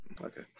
Okay